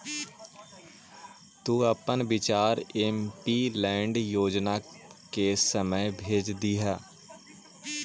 तु अपन विचार एमपीलैड योजना के समय भेज दियह